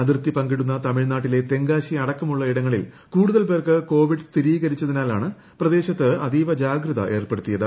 അതിർത്തി പങ്കിടുന്ന തമിഴ്നാട്ടിലെ തെങ്കാശി അടക്കമുള്ള ഇടങ്ങളിൽ കൂടുതൽ പേർക്ക് കോവിഡ് സ്ഥിരീകരിച്ചതിനാലാണ് പ്രദേശത്ത് അതീവ ജാഗ്രത ഏർപ്പെടുത്തിയത്